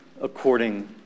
according